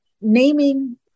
naming